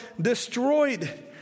destroyed